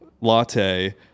latte